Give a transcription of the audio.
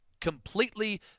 Completely